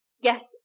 yes